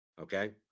okay